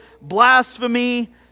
blasphemy